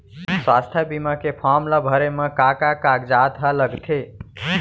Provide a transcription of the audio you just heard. स्वास्थ्य बीमा के फॉर्म ल भरे बर का का कागजात ह लगथे?